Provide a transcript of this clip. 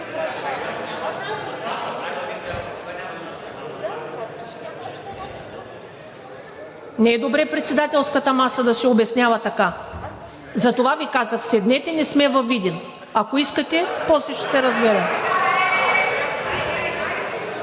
Не е добре председателската маса да се обяснява така, затова Ви казах: седнете, не сме във Видин. Ако искате, после ще се разберем.